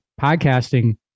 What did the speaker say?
Podcasting